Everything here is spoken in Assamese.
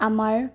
আমাৰ